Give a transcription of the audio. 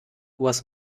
was